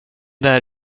där